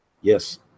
yes